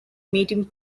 meeting